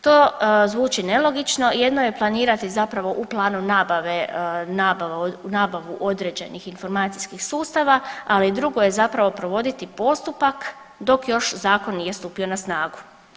To zvuči nelogično, jedno je planirati zapravo u planu nabave nabavu određenih informacijskih sustava, ali drugo je zapravo provoditi postupak dok još zakon nije stupio na snagu.